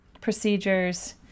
procedures